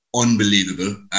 unbelievable